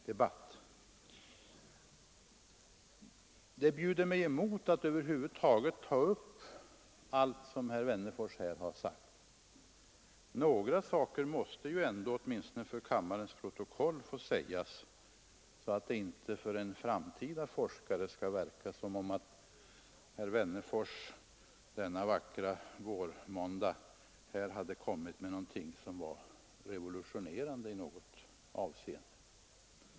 Det bjuder mig emot att över huvud taget ta upp vad herr Wennerfors här anförde, men några saker måste ändå sägas till kammarens protokoll, så att det inte för en framtida forskare skall verka som om herr Wennerfors denna vackra vårmåndag har kommit med något revolutionerande.